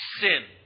sin